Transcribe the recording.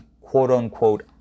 quote-unquote